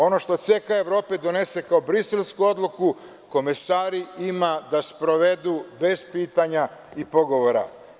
Ono što CK Evrope donese kao Briselsku odluku, komesari ima da sprovedu bez pitanja i pogovora.